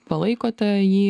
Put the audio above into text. palaikote jį